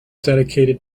dedicated